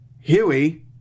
Huey